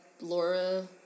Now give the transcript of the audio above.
Laura